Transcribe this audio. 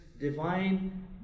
divine